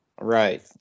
Right